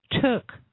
took